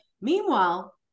Meanwhile